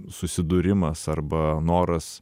susidūrimas arba noras